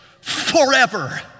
forever